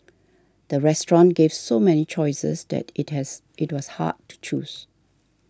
the restaurant gave so many choices that it has it was hard to choose